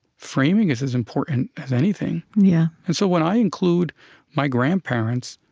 framing is as important as anything. yeah and so when i include my grandparents,